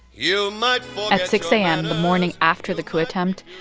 you might at six a m. and the morning after the coup attempt,